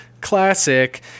Classic